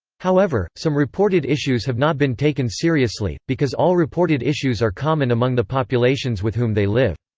however, some reported issues have not been taken seriously, because all reported issues are common among the populations with whom they live.